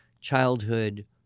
childhood